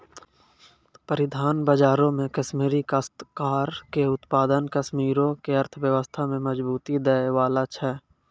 परिधान बजारो मे कश्मीरी काश्तकार के उत्पाद कश्मीरो के अर्थव्यवस्था में मजबूती दै बाला छै